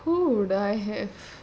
who would I have